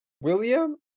William